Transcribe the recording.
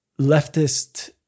leftist